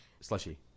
Slushy